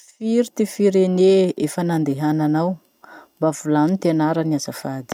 Firy ty firene efa nandehananao? Mba volano ty anarany azafady.